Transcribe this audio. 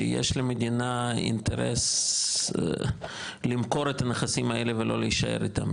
שיש למדינה אינטרס למכור את הנכסים האלה ולא להישאר איתם,